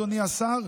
אדוני השר,